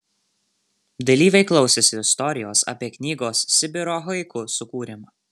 dalyviai klausėsi istorijos apie knygos sibiro haiku sukūrimą